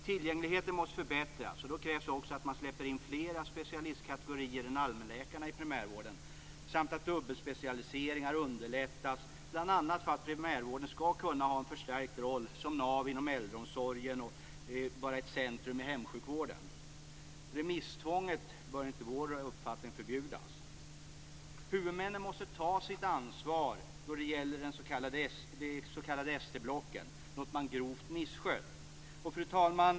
Tillgängligheten måste förbättras, och då krävs också att man släpper in fler specialistkategorier än allmänläkarna i primärvården samt att dubbelspecialiseringar underlättas, bl.a. för att primärvården skall kunna ha en förstärkt roll som nav inom äldreomsorgen och vara centrum för hemsjukvården. Remisstvånget bör enligt vår uppfattning förbjudas. Huvudmännen måste ta sitt ansvar då det gäller de s.k. ST-blocken, något man grovt misskött. Fru talman!